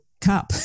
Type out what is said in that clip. cup